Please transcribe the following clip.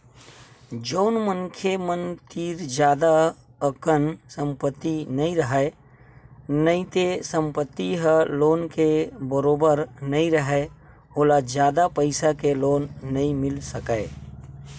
जउन मनखे मन तीर जादा अकन संपत्ति नइ राहय नइते संपत्ति ह लोन के बरोबर नइ राहय ओला जादा पइसा के लोन नइ मिल सकय